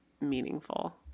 meaningful